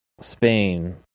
Spain